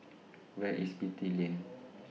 Where IS Beatty Lane